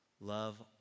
Love